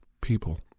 people